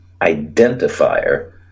identifier